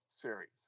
series